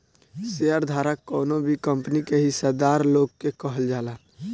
share धारक कवनो भी कंपनी के हिस्सादार लोग के कहल जाला